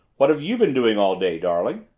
what have you been doing all day, darling?